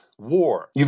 war